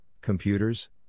computers